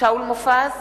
שאול מופז,